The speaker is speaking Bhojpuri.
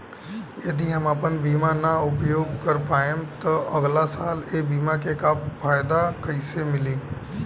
यदि हम आपन बीमा ना उपयोग कर पाएम त अगलासाल ए बीमा के फाइदा कइसे मिली?